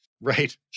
Right